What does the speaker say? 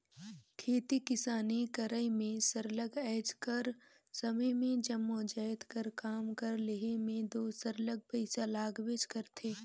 खेती किसानी करई में सरलग आएज कर समे में जम्मो जाएत कर काम कर लेहे में दो सरलग पइसा लागबेच करथे